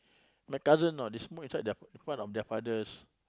my cousin know they smoke in their in front of their fathers